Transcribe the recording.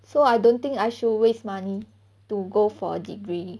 so I don't think I should waste money to go for a degree